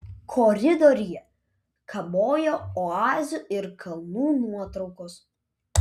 koridoriuje kabojo oazių ir kalnų nuotraukos